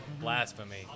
Blasphemy